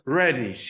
ready